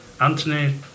Anthony